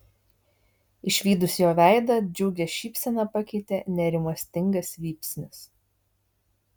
išvydus jo veidą džiugią šypseną pakeitė nerimastingas vypsnis